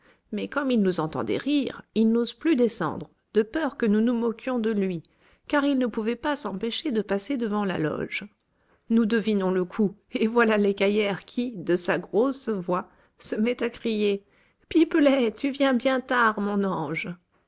mais comme il nous entendait rire il n'ose plus descendre de peur que nous nous moquions de lui car il ne pouvait pas s'empêcher de passer devant la loge nous devinons le coup et voilà l'écaillère qui de sa grosse voix se met à crier pipelet tu viens bien tard mon ange